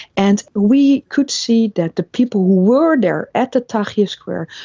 and we could see that the people who were there at the tahrir square,